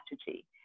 strategy